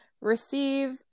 receive